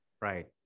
right